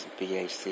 BAC